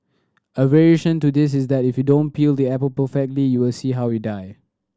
a variation to this is that you don't peel the apple perfectly you'll see how you die